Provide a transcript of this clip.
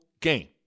game